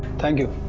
thank you,